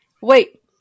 Wait